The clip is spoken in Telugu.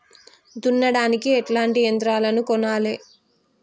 దున్నడానికి ఎట్లాంటి యంత్రాలను కొనాలే?